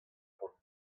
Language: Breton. ran